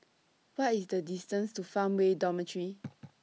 What IS The distance to Farmway Dormitory